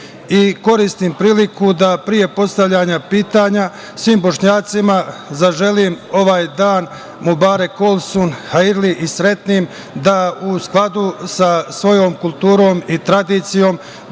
koristim priliku da pre postavljanja pitanja svim Bošnjacima zaželim ovaj dan Mubarek Olsun hairli i srećnim, da u skladu sa svojom kulturom i tradicijom